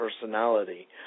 personality